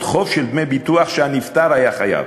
חוב של דמי ביטוח שהנפטר היה חייב.